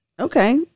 Okay